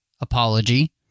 apology